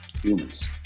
humans